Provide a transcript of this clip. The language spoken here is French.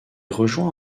rejoint